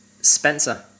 Spencer